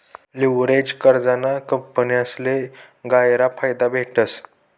leveraged कर्जना कंपन्यासले गयरा फायदा भेटस